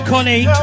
Connie